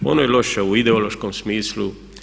Ono je loše u ideološkom smislu.